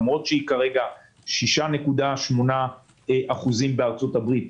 למרות שהיא כרגע 6.8% בארצות הברית,